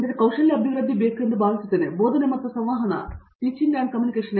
ಹಾಗಾಗಿ ಕೌಶಲ್ಯ ಅಭಿವೃದ್ಧಿಯೆಂದು ನಾನು ಭಾವಿಸುತ್ತೇನೆ ಬೋಧನೆ ಮತ್ತು ಸಂವಹನ ಎರಡೂ ಬೇಕು